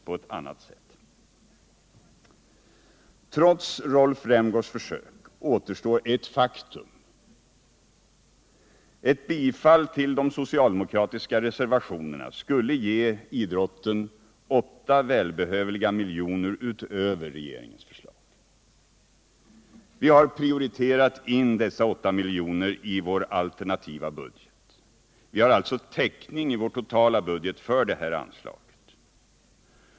Trots Rolf Rämgårds försök till bortförklaringar återstår ett faktum: ett bifall till de socialdemokratiska reservationerna skulle ge idrotten 8 välbehövliga miljoner utöver regeringens förslag. Vi har prioriterat in dessa 8 miljoner i vår alternativa budget, dvs. vi har täckning för det här anslaget i vår totala budget.